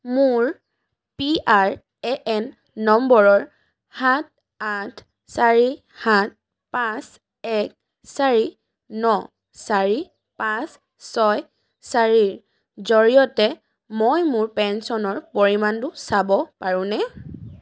মোৰ পিআৰএএন নম্বৰৰ সাত আঠ চাৰি সাত পাঁচ এক চাৰি ন চাৰি পাঁচ ছয় চাৰিৰ জৰিয়তে মই মোৰ পেঞ্চনৰ পৰিমাণটো চাব পাৰোঁনে